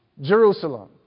Jerusalem